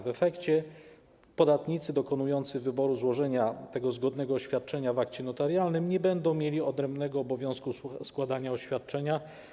W efekcie podatnicy dokonujący wyboru złożenia tego zgodnego oświadczenia w akcie notarialnym nie będą mieli odrębnego obowiązku składania oświadczenia.